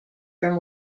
from